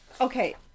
Okay